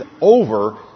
over